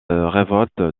révolte